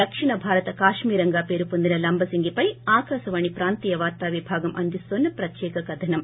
దక్షిణ భారత కాశ్మీరంగా పేరుపొందిన లంబసింగ్ పై ఆకాశవాణి ప్రాంతీయ వార్తా విభాగం అందిస్తోన్న ప్రత్యేక కథనం